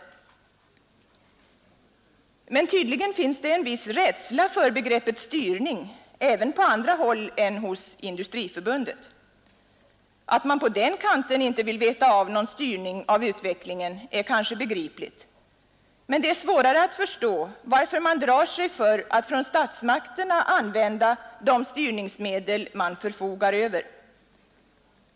Men tydligen finns det en viss rädsla för begreppet styrning även på andra håll än hos Industriförbundet. Att man på den kanten inte vill veta av någon styrning av utvecklingen är kanske begripligt. Men det är svårare att förstå varför statsmakterna drar sig för att använda de styrningsmedel man förfogar över.